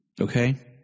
okay